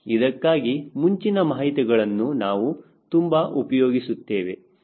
ಇದಕ್ಕಾಗಿ ಮುಂಚಿನ ಮಾಹಿತಿಗಳನ್ನು ನಾವು ತುಂಬಾ ಉಪಯೋಗಿಸುತ್ತೇವೆ